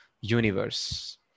universe